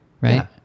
right